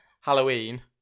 Halloween